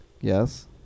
Yes